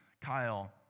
Kyle